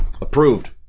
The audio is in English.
Approved